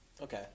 Okay